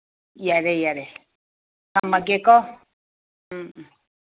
ꯌꯥꯔꯦ ꯌꯥꯔꯦ ꯊꯝꯃꯒꯦꯀꯣ ꯎꯝ ꯎꯝ